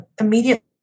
immediately